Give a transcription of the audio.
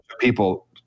people